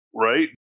Right